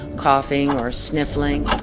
coughing or sniffling